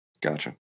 Gotcha